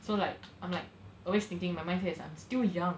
so like I'm like always thinking my mindset is I'm still young